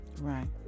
right